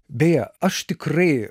beje aš tikrai